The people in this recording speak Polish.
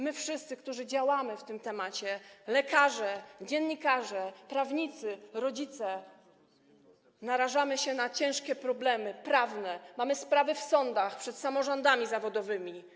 My wszyscy, którzy działamy w tym temacie, lekarze, dziennikarze, prawnicy, rodzice, narażamy się na ciężkie problemy prawne, mamy sprawy w sądach, przed samorządami zawodowym.